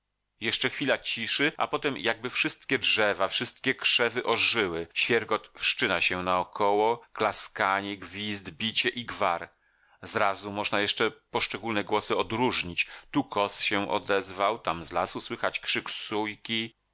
jeszcze chwila ciszy a potem jakby wszystkie drzewa wszystkie krzewy ożyły świergot wszczyna się na około klaskanie gwizd bicie i gwar zrazu można jeszcze poszczególne głosy odróżnić tu kos się odezwał tam z lasu słychać krzyk sojki